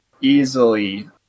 easily